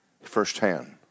firsthand